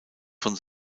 von